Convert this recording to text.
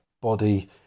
body